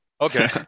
Okay